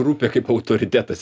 grupė kaip autoritetas